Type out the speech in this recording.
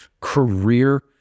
career